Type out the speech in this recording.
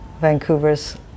Vancouver's